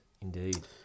indeed